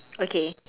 okay